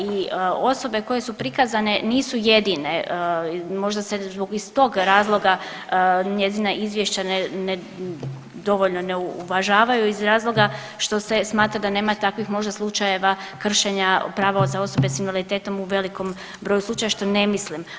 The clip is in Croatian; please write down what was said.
I osobe koje su prikazane nisu jedini, možda iz tog razloga njezina izvješća ne, ne, dovoljno ne uvažavaju iz razloga što se smatra da nema takvih možda slučajeva kršenja prava za osobe s invaliditetom u velikom broju slučaja, što ne mislim.